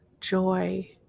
joy